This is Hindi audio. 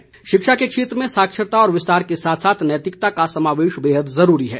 सुरेश भारद्वाज शिक्षा के क्षेत्र में साक्षरता और विस्तार के साथ साथ नैतिकता का समावेश बेहद ज़रूरी है